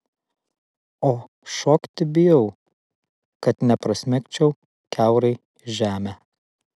o šokti bijau kad neprasmegčiau kiaurai žemę